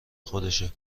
خودشه